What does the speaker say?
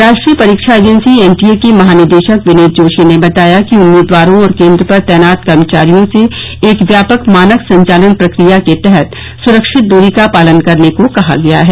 राष्ट्रीय परीक्षा agency NTA के महानिदेशक विनीत जोशी ने बताया कि उम्मीदवारों और केंद्र पर तैनात कर्मचारियों से एक व्यापक मानक संचालन प्रक्रिया के तहत सुरक्षित द्री का पालन करने को कहा गया है